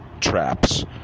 traps